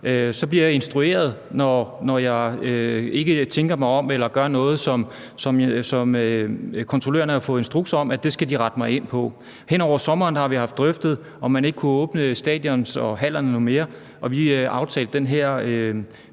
bliver jeg instrueret, når jeg ikke tænker mig om, og når jeg gør noget, som kontrollørerne har fået instruks om at de skal rette mig ind efter. Hen over sommeren har vi diskuteret, om man ikke kunne åbne stadioner og haller noget mere, og vi aftalte den her